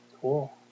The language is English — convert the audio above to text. Cool